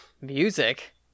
Music